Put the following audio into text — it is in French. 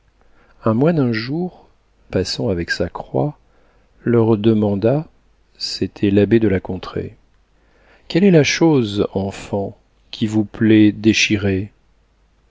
un moine un jour passant avec sa croix leur demanda c'était l'abbé de la contrée quelle est la chose enfants qui vous plaît déchirée